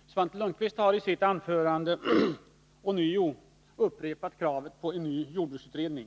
Herr talman! Svante Lundkvist har i sitt anförande ånyo upprepat kravet på en ny jordbruksutredning.